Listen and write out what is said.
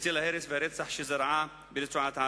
בצל ההרס והרצח שזרעה ברצועת-עזה.